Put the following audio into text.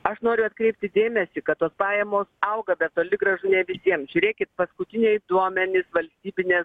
aš noriu atkreipti dėmesį kad tos pajamos auga bet toli gražu ne visiem žiūrėkit paskutiniai duomenys valstybinės